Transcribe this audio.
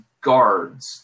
guards